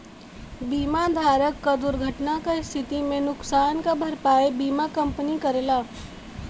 बीमा धारक क दुर्घटना क स्थिति में नुकसान क भरपाई बीमा कंपनी करला